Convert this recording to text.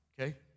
okay